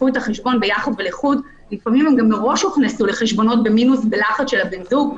היא חסומה המון-המון שנים מלקחת הלוואה,